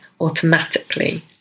automatically